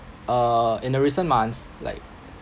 uh in the recent months like